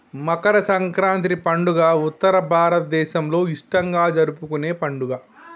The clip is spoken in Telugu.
మకర సంక్రాతి పండుగ ఉత్తర భారతదేసంలో ఇష్టంగా జరుపుకునే పండుగ